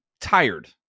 tired